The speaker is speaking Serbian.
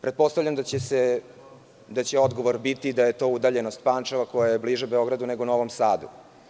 Pretpostavljam da će odgovor biti da je to udaljenost Pančeva koja je bliža Beogradu, nego Novom Sadu.